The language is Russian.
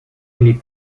или